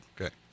Okay